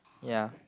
ya